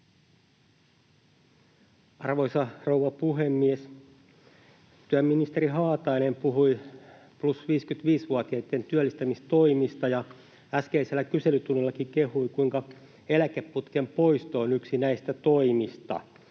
Arvoisa rouva puhemies! Työministeri Haatainen puhui plus 55‑vuotiaitten työllistämistoimista ja äskeisellä kyselytunnillakin kehui, kuinka eläkeputken poisto on yksi näistä toimista.